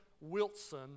Wilson